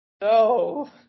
no